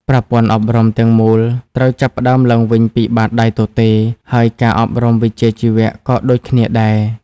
ប្រព័ន្ធអប់រំទាំងមូលត្រូវចាប់ផ្តើមឡើងវិញពីបាតដៃទទេ ហើយការអប់រំវិជ្ជាជីវៈក៏ដូចគ្នាដែរ។